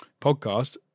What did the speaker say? podcast